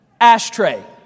Ashtray